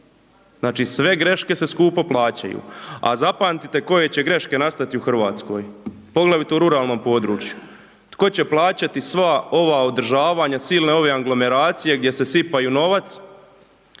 Znači sve greške se skupo plaćaju, a zapamtite koje će greške nastati u Hrvatskoj. Poglavito u ruralnom području. Tko će plaćati sva ova održavanja, silne ove aglomeracije gdje se sipaju novac,